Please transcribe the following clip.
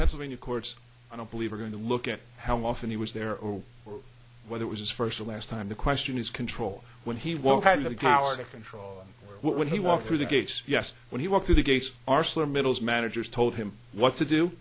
pennsylvania courts i don't believe are going to look at how often he was there or whether it was his first or last time the question is control when he won't have the power to control when he walked through the gates yes when he walked through the gates are slim middles managers told him what to do